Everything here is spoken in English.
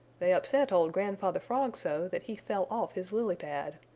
they upset old grandfather frog so that he fell off his lily pad.